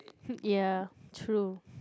ya true